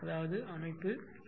அதாவது அமைப்பு 59